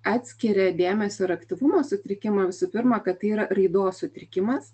atskiria dėmesio ir aktyvumo sutrikimą visų pirma kad tai yra raidos sutrikimas